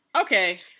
Okay